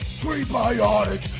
prebiotic